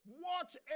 watch